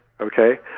okay